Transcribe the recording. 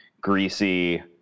greasy